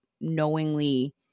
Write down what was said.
knowingly